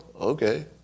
Okay